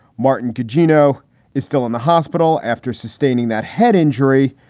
martin gugino is still in the hospital after sustaining that head injury.